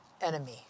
enemy